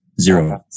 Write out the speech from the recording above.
Zero